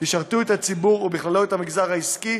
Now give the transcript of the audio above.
ישרתו את הציבור, ובכללו את המגזר העסקי,